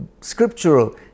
scriptural